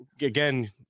again